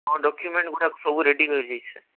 ହଁ ଡକ୍ୟୁମେଣ୍ଟ୍ଗୁଡ଼ାକ ସବୁ ରେଡ଼ି ରହିଯାଇଛି ସାର୍